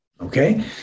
okay